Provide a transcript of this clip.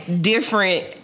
different